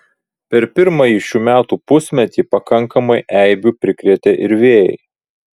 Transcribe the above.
per pirmąjį šių metų pusmetį pakankamai eibių prikrėtė ir vėjai